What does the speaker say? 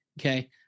Okay